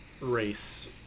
race